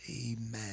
Amen